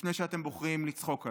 לפני שאתם בוחרים לצחוק עליו.